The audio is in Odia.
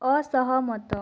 ଅସହମତ